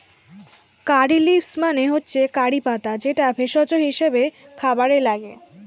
কারী leaves মানে হচ্ছে কারি পাতা যেটা ভেষজ হিসেবে খাবারে লাগে